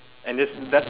and just that's